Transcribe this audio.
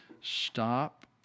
Stop